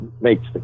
makes